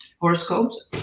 horoscopes